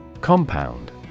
Compound